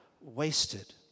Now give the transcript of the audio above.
wasted